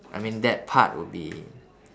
I mean that part would be